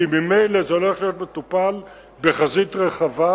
כי ממילא זה הולך להיות מטופל בחזית רחבה,